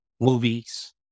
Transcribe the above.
movies